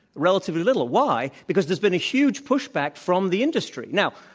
relatively little. why? because there's been a huge pushback from the industry. now,